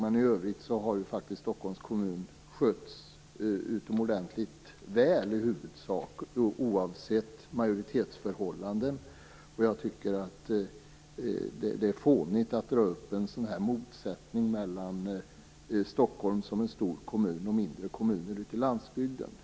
I övrigt har Stockholms kommun skötts utomordentligt väl i huvudsak, oavsett majoritetsförhållanden. Jag tycker att det är fånigt att skapa en motsättning mellan Stockholm som en stor kommun och mindre kommuner ute i landsorten.